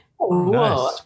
Nice